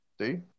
See